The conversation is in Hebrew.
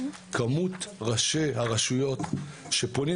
כמות ראשי הרשויות שפונים,